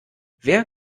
wer